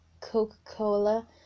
coca-cola